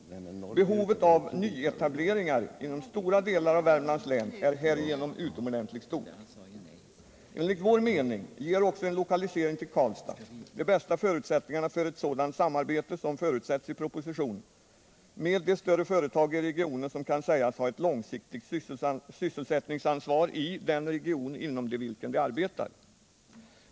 Behovet av nyetableringar inom stora delar av Värmlands län är härigenom utomordentligt stort. Enligt vår mening ger också en lokalisering till Karlstad de bästa förutsättningarna för ett sådant samarbete som förutsätts i propositionen med de större företag i regionen som kan sägas ha ett långsiktigt sysselsättningsansvar i den region inom vilken de arbetar.